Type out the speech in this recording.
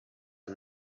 and